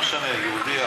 לא משנה יהודי,